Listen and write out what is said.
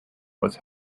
was